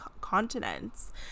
continents